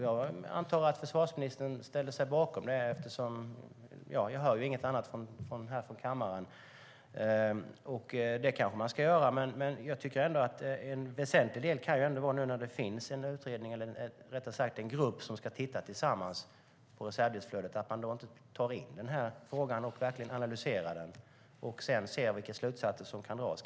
Jag antar att försvarsministern ställde sig bakom det eftersom jag inte hör något annat här i kammaren. Det kanske man ska göra. Men jag tycker ändå att en väsentlig del, nu när det finns en grupp som tillsammans ska titta på reservdelsflödet, är att man tar in frågan och verkligen analyserar den. Sedan får man se vilka slutsatser som kan dras.